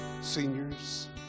seniors